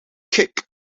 kick